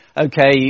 Okay